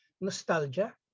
nostalgia